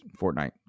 Fortnite